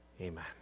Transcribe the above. Amen